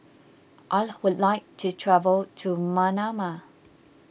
I would like to travel to Manama